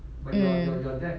mm